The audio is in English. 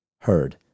heard